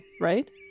right